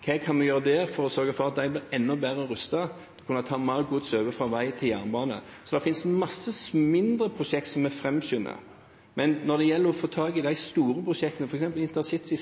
Hva kan vi gjøre der for å sørge for at de blir enda bedre rustet til å kunne ta mer gods over fra vei til jernbane? Det finnes mange mindre prosjekt som er framskyndet, men når det gjelder de store prosjektene, f.eks. satsingen på intercity